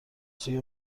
سوی